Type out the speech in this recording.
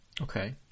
Okay